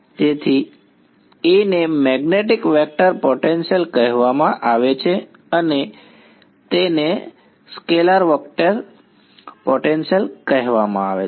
તેથી A ને magnetic vector potential કહેવામાં આવે છે અને તેને સ્કેલર પોટેન્શિયલ કહેવામાં આવે છે